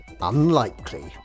unlikely